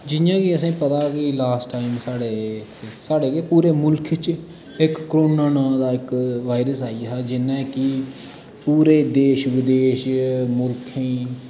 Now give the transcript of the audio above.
जि'यां कि असें पता की लास्ट टाइम साढ़े साढ़े गै पूरे मुल्खे च इक को रोना नांऽ दा इक वायरस आइया हा जिन नै की पूरे देश विदेश मुल्खें